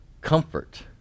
comfort